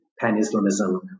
pan-Islamism